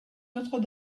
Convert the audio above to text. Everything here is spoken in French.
notre